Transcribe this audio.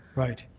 right.